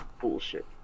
bullshit